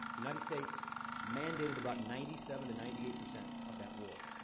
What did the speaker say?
the united states mandated about ninety seven to ninety eight percent of that war.